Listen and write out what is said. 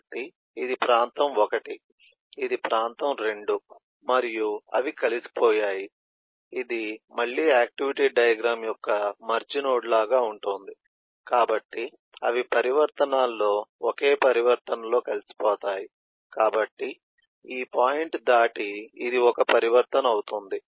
కాబట్టి ఇది ప్రాంతం 1 ఇది ప్రాంతం 2 మరియు అవి కలిసిపోయాయి ఇది మళ్ళీ ఆక్టివిటీ డయాగ్రమ్ యొక్క మెర్జ్ నోడ్ లాగా ఉంటుంది